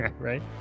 right